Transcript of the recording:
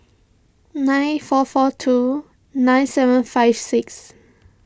nine four four two nine seven five six